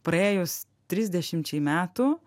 praėjus trisdešimčiai metų